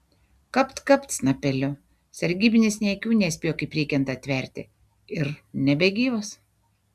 kapt kapt snapeliu sargybinis nė akių nespėjo kaip reikiant atverti ir nebegyvas